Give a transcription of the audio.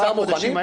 באוצר מוכנים?